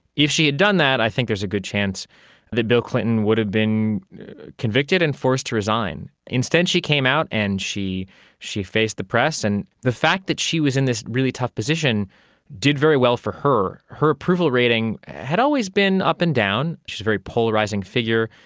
if she had done that i think there's a good chance that bill clinton would have been convicted and forced to resign. instead she came out and she she faced the press. and the fact that she was in this really tough position did very well for her. her approval rating had always been up and down. she was a very polarising figure.